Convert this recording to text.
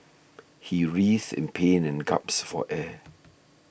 he writhed in pain and gasped for air